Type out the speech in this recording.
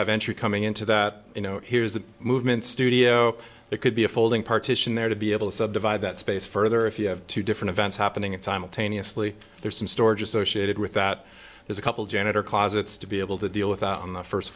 have entry coming into that you know here's a movement studio it could be a folding partition there to be able to subdivide that space further if you have two different events happening and simultaneously there's some storage associated with that there's a couple janitor closets to be able to deal with on the first